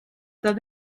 that